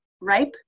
ripe